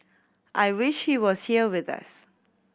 I wish he was here with us